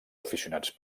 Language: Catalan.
aficionats